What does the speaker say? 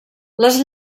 les